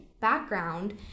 background